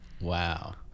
Wow